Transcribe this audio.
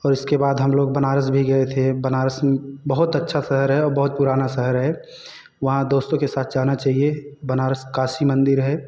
औ उसके बाद हम लोग बनारस भी गए थे बनारस बहुत अच्छा शहर है और बहुत पुराना शहर है वहाँ दोस्तों के साथ जाना चाहिए बनारस काशी मंदिर है